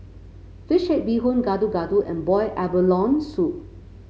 fish head Bee Hoon Gado Gado and Boiled Abalone Soup